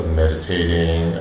meditating